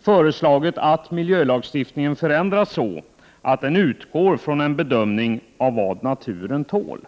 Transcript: föreslagit att miljölagstiftningen förändras så, att den utgår från en bedömning av vad naturen tål.